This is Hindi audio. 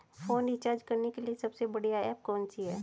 फोन रिचार्ज करने के लिए सबसे बढ़िया ऐप कौन सी है?